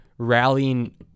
Rallying